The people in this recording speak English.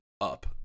Up